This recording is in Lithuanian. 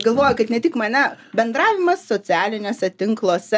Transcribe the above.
galvoju kad ne tik mane bendravimas socialiniuose tinkluose